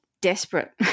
desperate